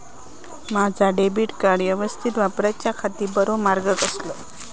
माजा debit card यवस्तीत वापराच्याखाती बरो मार्ग कसलो?